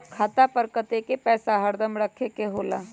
खाता पर कतेक पैसा हरदम रखखे के होला?